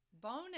Bonus